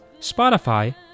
Spotify